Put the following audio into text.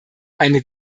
eine